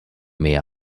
mehr